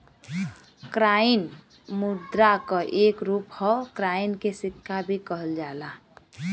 coin मुद्रा क एक रूप हौ कॉइन के सिक्का भी कहल जाला